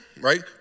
right